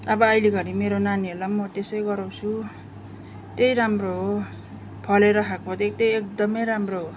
अब अहिलेघरी मेरो नानीहरूलाई म त्यसै गराउँछु त्यही राम्रो हो फलेर खाको चै त्यै एकदम राम्रो हो